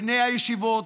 בני הישיבות,